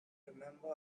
remember